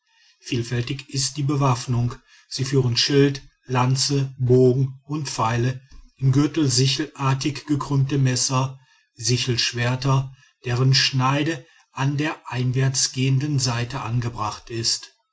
vielfältig ist die bewaffnung sie führen schild lanze bogen und pfeile im gürtel sichelartig gekrümmte messer sichelschwerter deren schneide an der einwärtsgehenden seite angebracht ist